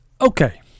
Okay